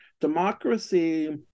democracy